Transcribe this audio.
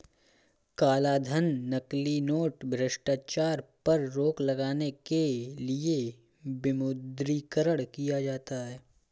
कालाधन, नकली नोट, भ्रष्टाचार पर रोक लगाने के लिए विमुद्रीकरण किया जाता है